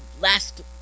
last